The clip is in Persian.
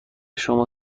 شما